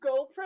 GoPro